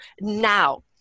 now